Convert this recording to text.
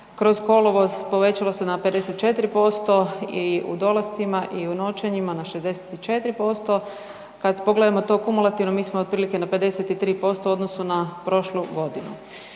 kroz kolovoz povećalo se na 54% i u dolascima i noćenjima na 64%. kada pogledamo to kumulativno mi smo otprilike na 53% u odnosu na prošlu godinu,